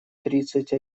тридцать